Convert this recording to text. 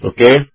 Okay